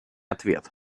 ответ